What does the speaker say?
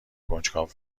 کنجکاو